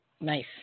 Nice